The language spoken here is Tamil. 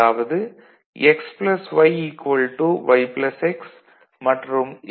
அதாவது x y y x மற்றும் x